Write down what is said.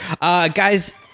Guys